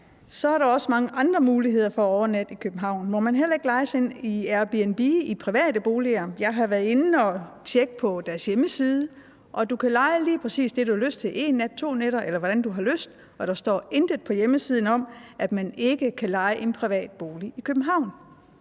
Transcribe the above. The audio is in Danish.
så med de mange andre muligheder for at overnatte i København? Må man heller ikke leje sig ind i private boliger via Airbnb? Jeg har været inde at tjekke deres hjemmeside, og du kan leje lige præcis det, du har lyst til: en nat, to nætter, eller hvad man nu har lyst til. Der står intet på hjemmesiden om, at man ikke kan leje en privat bolig i København.